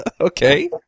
Okay